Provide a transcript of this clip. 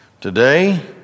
Today